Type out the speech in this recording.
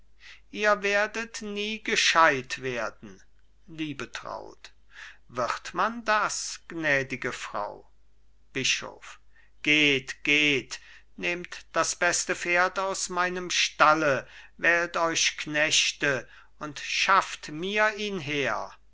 ihr werdet nie gescheit werden liebetraut wird man das gnädige frau bischof geht geht nehmt das beste pferd aus meinem stall wählt euch knechte und schafft mir ihn her